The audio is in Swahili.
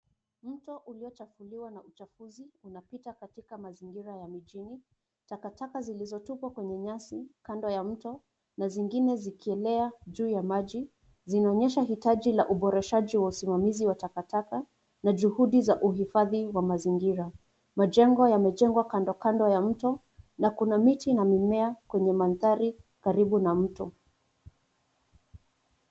Mto uliochafuliwa na uchafuzi unapita katika mazingira ya mijini. Takataka zilizotupwa kwenye nyasi kando ya mto na zingine zikielea juu ya maji zinaonyesha hitaji la uboreshaji wa usimamizi wa takataka na juhudi za uhifadhi wa mazingira. Majengo yamejengwa kando, kando ya mto, na kuna miti na mimea kwenye mandhari karibu na mto.